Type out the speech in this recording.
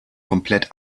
komplett